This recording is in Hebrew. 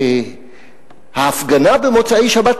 ההפגנה במוצאי-שבת,